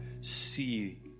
see